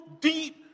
deep